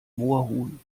moorhuhn